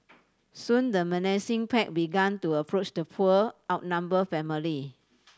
soon the menacing pack began to approach the poor outnumbered family